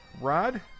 Rod